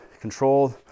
controlled